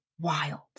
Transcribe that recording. wild